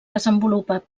desenvolupa